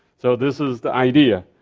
so this was the idea,